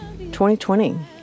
2020